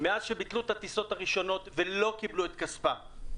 מאז שביטלו את הטיסות הראשונות ולא קיבלו את כספם.